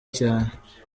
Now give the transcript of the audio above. cyane